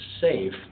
safe